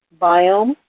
biome